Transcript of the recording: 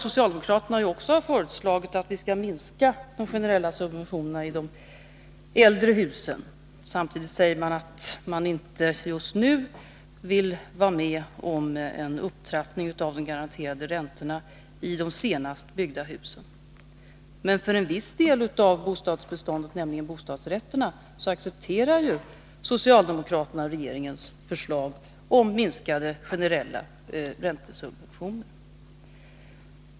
Socialdemokraterna har också föreslagit att vi skall minska de generella subventionerna i de äldre husen. Samtidigt säger de att de inte just nu vill vara med om en upptrappning av de garanterade räntorna i de senast byggda husen. Men för en viss del av bostadsbeståndet, nämligen bostadsrätterna, accepterar socialdemokraterna regeringens förslag om minskade generella räntesubventioner.